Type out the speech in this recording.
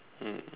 mm